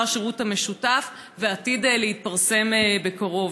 השירות המשותף הולך להתעדכן ועתיד להתפרסם בקרוב.